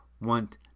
want